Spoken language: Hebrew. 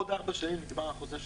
עוד ארבע שנים נגמר החוזה שלהם.